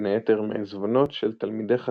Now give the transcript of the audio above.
בין היתר מעזבונות של תלמידי חכמים,